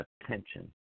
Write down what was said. attention